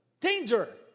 Danger